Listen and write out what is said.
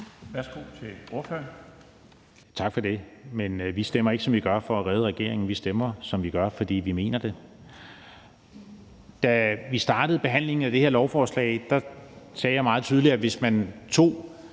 Friis Bach (RV): Tak for det. Vi stemmer ikke, som vi gør, for at redde regeringen. Vi stemmer, som vi gør, fordi vi mener det. Da vi startede behandlingen af det her lovforslag, sagde jeg meget tydeligt, at hvis man tog